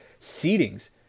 seedings